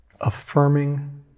affirming